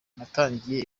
batangiriye